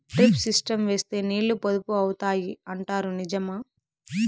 Drip system వేస్తే నీళ్లు పొదుపు అవుతాయి అంటారు నిజమా?